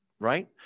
right